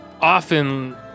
often